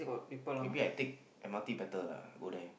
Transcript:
maybe I take M_R_T better lah go there